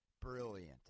Brilliant